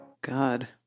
God